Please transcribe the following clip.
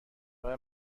راه